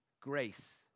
Grace